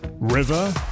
River